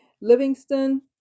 Livingston